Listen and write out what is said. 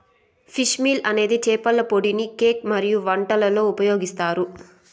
fish meal అనేది చేపల పొడిని కేక్ మరియు వంటలలో ఉపయోగిస్తారు